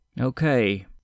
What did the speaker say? Okay